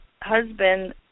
husband